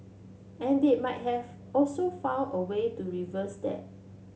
and they might have also found a way to reverse that